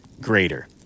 greater